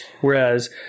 whereas